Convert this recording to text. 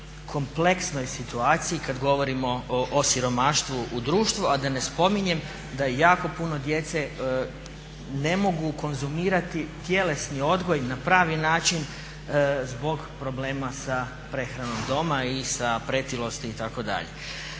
kompleksnoj situaciji kad govorimo o siromaštvu u društvu. A da ne spominjem da jako puno djece ne mogu konzumirati tjelesni odgoj na pravi način zbog problema sa prehranom doma i sa pretilosti itd.